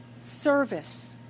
Service